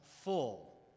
full